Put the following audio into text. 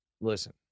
listen